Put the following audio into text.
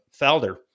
Felder